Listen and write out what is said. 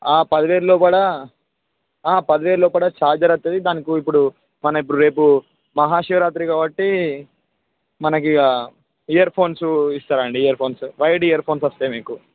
పదివేలలో కూడా పదివేలలో కూడా చార్జర్ వస్తుంది దానికి ఇప్పుడు మనం ఇప్పుడు రేపు మహా శివరాత్రి కాబట్టి మనకి ఇగ ఇయర్ఫోన్స్ ఇస్తారండి ఇయర్ఫోన్స్ వైడ్ ఇయర్ఫోన్స్ వస్తాయండి మీకు